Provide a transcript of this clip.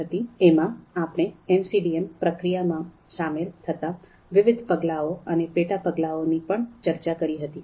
એમાં આપણે એમસીડીએમ પ્રક્રિયામાં સામેલ થતા વિવિધ પગલાઓ અને પેટા પગલાઓની પણ ચર્ચા કરી હતી